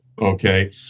Okay